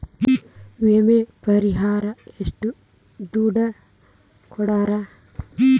ವಿಮೆ ಪರಿಹಾರ ಎಷ್ಟ ದುಡ್ಡ ಕೊಡ್ತಾರ?